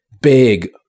big